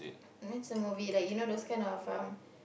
I need some movie like you know those kind of um